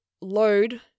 load